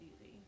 easy